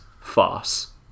farce